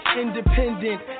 Independent